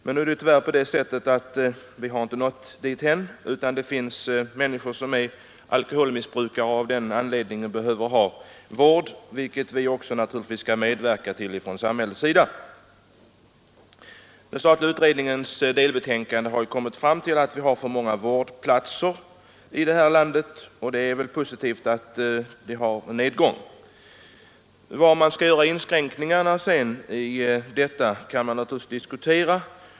Men vi har tyvärr inte nått dithän utan det finns människor som är alkoholmissbrukare och av den anledningen behöver ha vård — en vård som vi naturligtvis också skall medverka till från samhällets sida. Den statliga utredningen har i sitt delbetänkande redovisat att den kommit fram till att vi har för många vårdplatser i vårt land, och det är positivt att de vårdbehövandes antal går ned. Var man sedan skall göra inskränkningarna kan man naturligtvis diskutera.